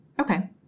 Okay